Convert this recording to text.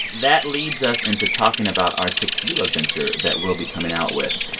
that leads us into talking about our tequila venture that we'll be coming out with.